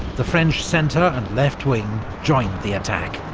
the french centre and left wing joined the attack.